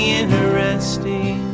interesting